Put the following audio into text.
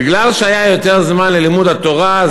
בגלל שהיה יותר זמן ללימוד התורה,